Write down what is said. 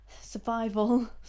Survival